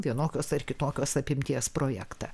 vienokios ar kitokios apimties projektą